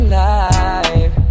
life